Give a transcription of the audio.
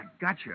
gotcha